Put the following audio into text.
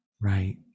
right